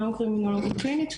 היום אני קרימינולוגית קלינית,